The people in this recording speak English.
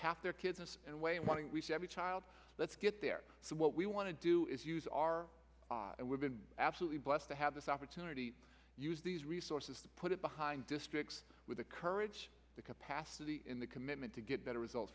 half their kids and away one thing we see every child let's get there so what we want to do is use our and we've been absolutely blessed to have this opportunity to use these resources to put it behind districts with the courage the capacity in the commitment to get better results